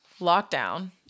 lockdown